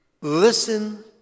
listen